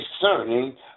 discerning